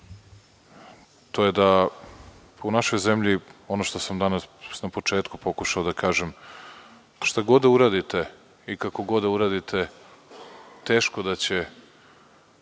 to je da u našoj zemlji, ono što sam na početku pokušao da kažem, šta god da uradite i kako god da uradite, teško da će